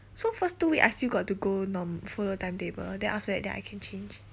so first two week I still got to go norm~ follow timetable then after that then I can change